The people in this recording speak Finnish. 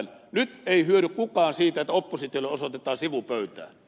nyt ei hyödy kukaan siitä että oppositiolle osoitetaan sivupöytää